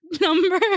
number